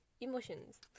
emotions